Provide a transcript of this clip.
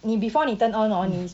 你 before 你 turn on hor 你